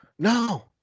No